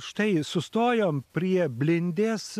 štai sustojom prie blindės